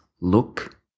look